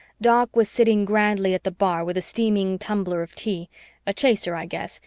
doc was sitting grandly at the bar with a steaming tumbler of tea a chaser, i guess,